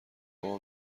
بابا